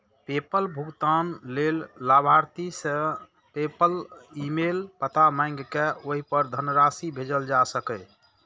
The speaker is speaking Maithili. पेपल भुगतान लेल लाभार्थी सं पेपल ईमेल पता मांगि कें ओहि पर धनराशि भेजल जा सकैए